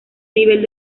nivel